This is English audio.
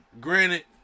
Granted